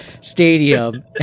Stadium